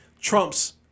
trumps